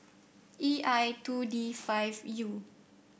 E I two D five U